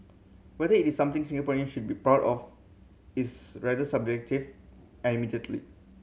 whether it is something Singaporeans should be proud of is rather subjective admittedly